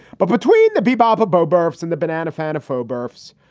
but between the bee bob abbo barfs and the banana fana fo burps.